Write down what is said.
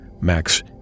Max